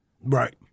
Right